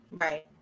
right